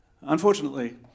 Unfortunately